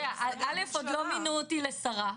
עוד לא מינו אותי לשרה.